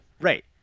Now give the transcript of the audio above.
Right